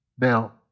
Now